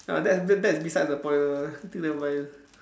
ah that that that's beside the point ah I think nevermind